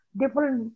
different